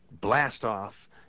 blast-off